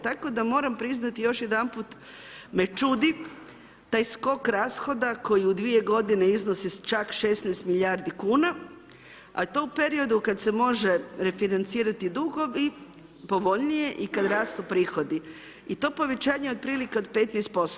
Tako da moram priznati, još jedanput me čudi taj skok rashoda koji u dvije godine iznosi čak 16 milijardi kuna, a to u periodu kada se može refinancirati dugovi i povoljnije i kada rastu prihodi i to povećanje otprilike od 15%